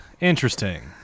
interesting